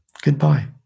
Goodbye